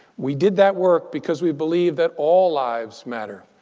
we did that work because we believe that all lives matter,